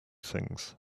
things